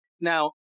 Now